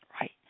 Right